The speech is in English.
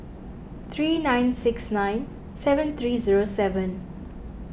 three nine six nine seven three zero seven